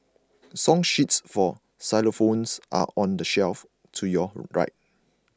song sheets for xylophones are on the shelf to your right